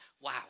wow